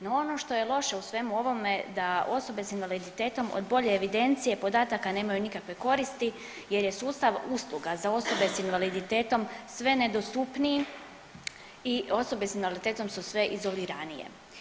No ono što je loše u svemu ovome da osobe sa invaliditetom od bolje evidencije podataka nemaju nikakve koristi jer je sustav usluga za osobe sa invaliditetom sve nedostupniji i osobe sa invaliditetom su sve izoliranije.